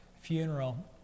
funeral